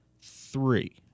three